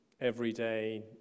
everyday